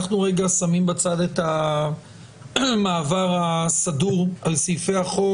אנחנו רגע שמים בצד את המעבר הסדור על סעיפי החוק,